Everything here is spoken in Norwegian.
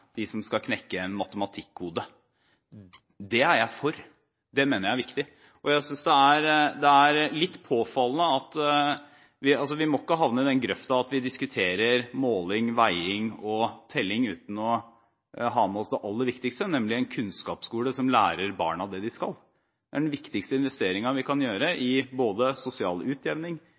som skal knekke en matematikkode. Det er jeg for. Det mener jeg er viktig. Vi må ikke havne i den grøfta at vi diskuterer måling, veiing og telling uten å ha med oss det aller viktigste, nemlig en kunnskapsskole som lærer barna det de skal. Det er den viktigste investeringen vi kan gjøre med hensyn til både sosial utjevning